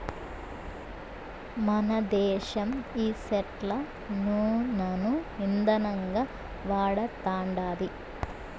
మనదేశం ఈ సెట్ల నూనను ఇందనంగా వాడతండాది